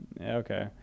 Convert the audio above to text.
okay